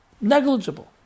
Negligible